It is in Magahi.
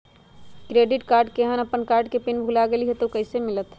क्रेडिट कार्ड केहन अपन कार्ड के पिन भुला गेलि ह त उ कईसे मिलत?